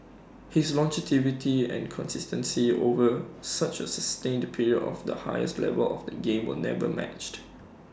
his longevity and consistency over such A sustained period of the highest level of the game will never matched